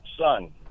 son